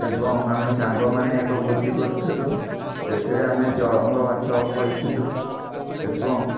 ଏବଂ ଆମ ସାଙ୍ଗମାନେ ଏକ ଭୋଜି କରୁଥିଲୁ ଏଥିରେ ଆମେ ଜଳଙ୍ଗ ମାଛ କରିଥିଲୁ ଏବଂ